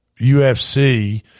UFC